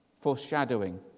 foreshadowing